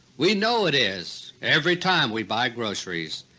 we know it is every time we buy groceries.